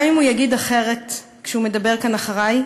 גם אם הוא יגיד אחרת כשהוא מדבר כאן אחרי,